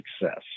success